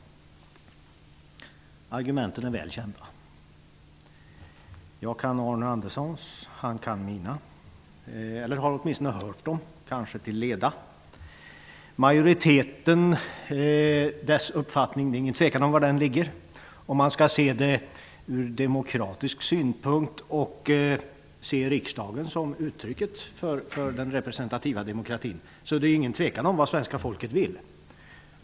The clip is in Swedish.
Argumenten är väl kända. Jag kan Arne Anderssons och han kan mina, eller han har åtminstone hört dem, kanske till leda. Det råder inga tvivel om vilken majoritetens uppfattning är. Om man skall se det hela från demokratisk synpunkt och betrakta riksdagen som uttrycket för den representativa demokratin, råder det inga tvivel om vad det svenska folket vill.